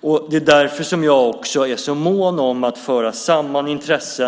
Det är också därför som jag är så mån om att föra samman intressen.